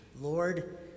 Lord